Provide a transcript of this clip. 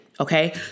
Okay